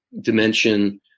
dimension